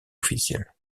officiel